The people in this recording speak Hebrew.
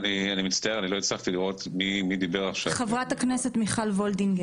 למה אני לא יכול לשים את הקנאביס לניסוי הקליני בכספת הזו במדף נפרד?